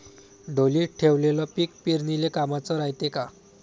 ढोलीत ठेवलेलं पीक पेरनीले कामाचं रायते का?